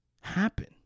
happen